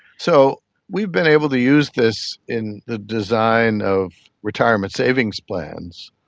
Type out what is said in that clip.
so we've been able to use this in the design of retirement savings plans.